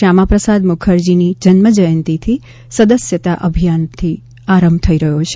શ્યામા પ્રસાદ મુખરજીની જન્મ જયંતીથી સદસ્યતા અભિયાનથી આરંભ થઈ રહ્યો છે